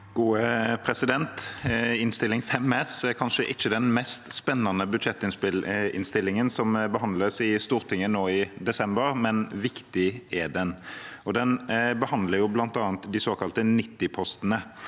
5): Innst. 5 S for 2023–2024 er kanskje ikke den mest spennende budsjettinnstillingen som behandles i Stortinget nå i desember, men viktig er den. Den behandler bl.a. de såkalte 90-postene.